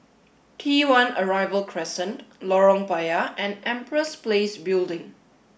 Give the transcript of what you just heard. T one Arrival Crescent Lorong Payah and Empress Place Building